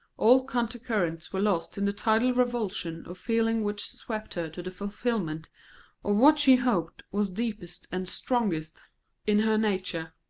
all counter-currents were lost in the tidal revulsion of feeling which swept her to the fulfilment of what she hoped was deepest and strongest in her nature,